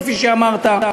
כפי שאמרת.